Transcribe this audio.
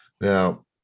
Now